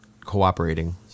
cooperating